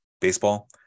Baseball